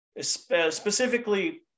Specifically